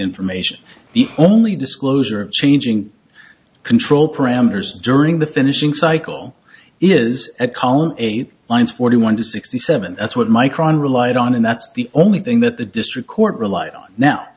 information the only disclosure of changing control parameters during the finishing cycle is a column eight lines forty one to sixty seven that's what micron relied on and that's the only thing that the district court relied on now